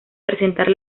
presentar